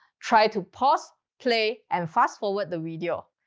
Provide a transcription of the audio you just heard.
try to pause, play, and fast-forward the video.